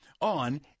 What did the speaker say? on